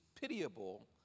pitiable